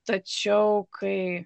tačiau kai